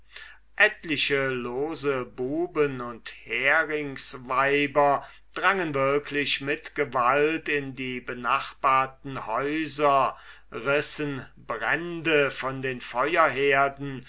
etliche lose buben und heringsweiber drangen wirklich mit gewalt in die benachbarten häuser rissen brände von den